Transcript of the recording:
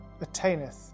attaineth